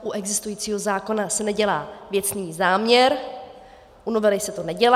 U existujícího zákona se nedělá věcný záměr, u novely se to nedělá.